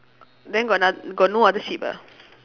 then got ano~ got no other sheep ah